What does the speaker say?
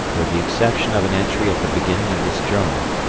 with the exception of an entry at the beginning of this journal,